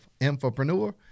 infopreneur